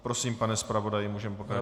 Prosím, pane zpravodaji, můžeme pokračovat.